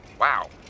Wow